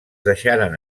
deixaren